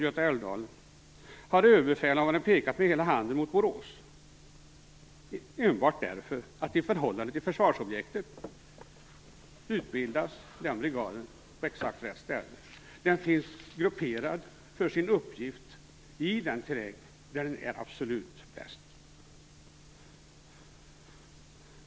Överbefälhavaren pekat med hela handen mot Borås, enbart därför att i förhållande till försvarsobjektet utbildas den brigaden på exakt rätt ställe. Den finns grupperad för sin uppgift i den terräng där den är absolut bäst.